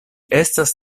estas